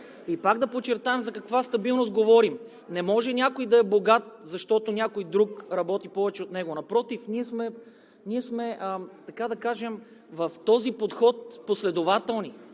И пак да подчертаем за каква стабилност говорим: не може някой да е богат, защото някой друг работи повече от него. Напротив, ние сме последователни в този подход.